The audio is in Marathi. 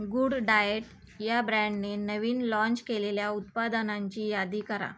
गुड डाएट या ब्रँडने नवीन लाँच केलेल्या उत्पादनांची यादी करा